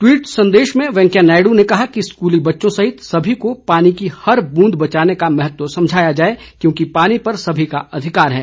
tweet संदेश में वेंकैया नायडू ने कहा कि स्कूली बच्चों सहित सभी को पानी की हर ब्रेंद बचाने का महत्व समझाया जाए क्योंकि पानी पर सभी का अधिकार है